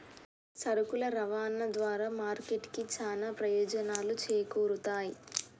సరుకుల రవాణా ద్వారా మార్కెట్ కి చానా ప్రయోజనాలు చేకూరుతయ్